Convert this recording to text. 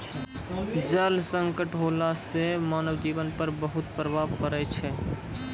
जल संकट होला सें मानव जीवन पर बहुत प्रभाव पड़ै छै